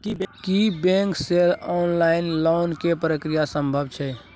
की bank से online loan के प्रक्रिया संभव छै?